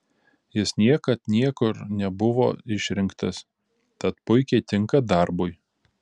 jis niekad niekur nebuvo išrinktas tad puikiai tinka darbui